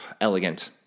elegant